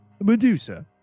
Medusa